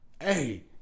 Hey